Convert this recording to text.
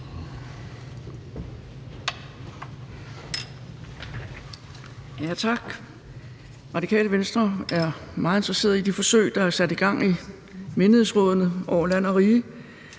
Tak. Radikale Venstre er meget interesseret i de forsøg, der er sat i gang i menighedsrådene land og rige